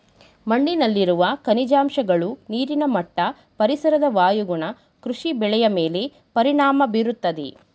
ಮಣ್ಣಿನಲ್ಲಿನ ಖನಿಜಾಂಶಗಳು, ನೀರಿನ ಮಟ್ಟ, ಪರಿಸರದ ವಾಯುಗುಣ ಕೃಷಿ ಬೆಳೆಯ ಮೇಲೆ ಪರಿಣಾಮ ಬೀರುತ್ತದೆ